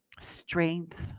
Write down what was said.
strength